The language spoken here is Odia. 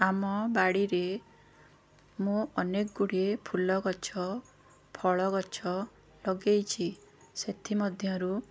ଆମ ବାଡ଼ିରେ ମୁଁ ଅନେକଗୁଡ଼ିଏ ଫୁଲ ଗଛ ଫଳ ଗଛ ଲଗେଇଛି ସେଥିମଧ୍ୟରୁ